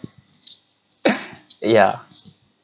yeah